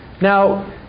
Now